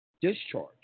discharge